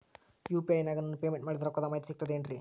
UPI ನಾಗ ನಾನು payment ಮಾಡಿದ ರೊಕ್ಕದ ಮಾಹಿತಿ ಸಿಕ್ತದೆ ಏನ್ರಿ?